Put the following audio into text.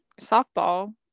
softball